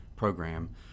Program